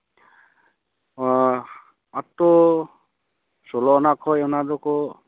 ᱟᱹᱛᱩ ᱥᱳᱞᱳᱟᱱᱟ ᱠᱷᱚᱱ ᱚᱱᱟ ᱫᱚᱠᱚ